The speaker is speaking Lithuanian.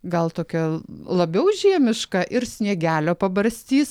gal tokia labiau žiemišką ir sniegelio pabarstys